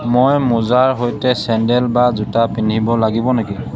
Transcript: মই মোজাৰ সৈতে চেণ্ডেল বা জোতা পিন্ধিব লাগিব নেকি